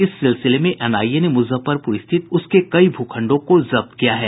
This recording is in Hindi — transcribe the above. इस सिलसिले में एनआईए ने मुजफ्फरपुर स्थित उनके कई भू खंडों को जब्त किया है